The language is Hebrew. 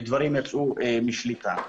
ודברים יצאו משליטה.